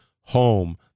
home